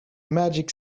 magic